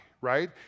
right